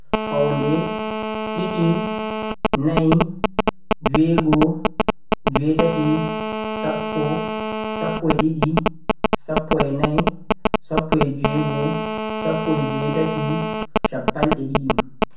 Houɗe, ɗiɗi, nai, jweego, jweetati, sappo, sappo e ɗiɗi, sappo e nai, sappo e jweego, sappo e jweetati shappanɗe ɗiɗi